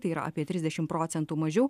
tai yra apie trisdešim procentų mažiau